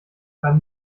beim